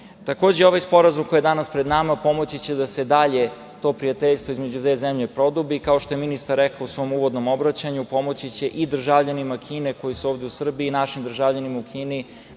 ovaj sporazum koji je danas pred nama pomoći će da se dalje to prijateljstvo između dve zemlje produbi. Kao što je ministar rekao u svom uvodnom obraćanju, pomoći će i državljanima Kine koji se ovde u Srbiji i našim državljanima u Kini,